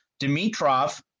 Dimitrov